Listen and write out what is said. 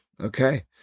Okay